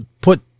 put